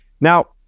Now